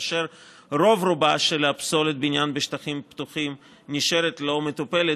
ורוב-רובה של פסולת הבניין בשטחים פתוחים נשארת לא מטופלת.